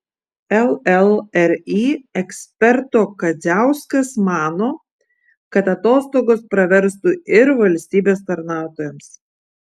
llri eksperto kadziauskas mano kad atostogos praverstų ir valstybės tarnautojams